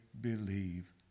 believe